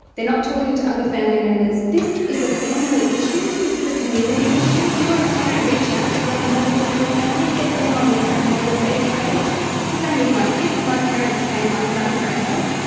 they are not talking to other family members. this is a family issue, this is a community issue. if you are a parent, reach out to the other members in your family, get them on the same road safety page. it's the same with my kids. my parents pay my son for an a.